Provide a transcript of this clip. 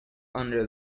under